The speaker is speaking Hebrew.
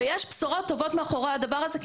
ויש בשורות טובות מאחורי הדבר הזה.